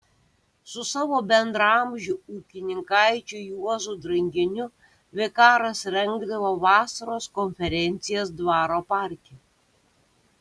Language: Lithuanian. su savo bendraamžiu ūkininkaičiu juozu dranginiu vikaras rengdavo vasaros konferencijas dvaro parke